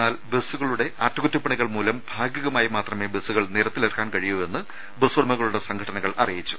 എന്നാൽ ബസ്സുകളുടെ അറ്റകുറ്റപ്പണികൾ മൂലം ഭാഗികമായി മാത്രമേ ബസ്സുകൾ നിരത്തിലിറക്കാൻ കഴിയൂ എന്ന് ബസ്സുടമകളുടെ സംഘടനകൾ അറിയിച്ചു